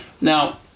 Now